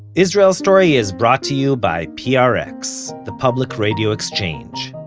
israel story is brought to you by prx the public radio exchange,